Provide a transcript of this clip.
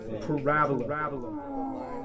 Parabola